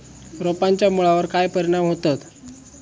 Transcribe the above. रोपांच्या मुळावर काय परिणाम होतत?